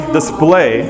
display